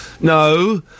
no